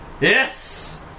Yes